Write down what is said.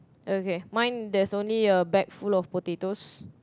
okay mine there's only a bag full of potatoes